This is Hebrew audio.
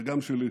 וגם שלי.